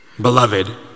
Beloved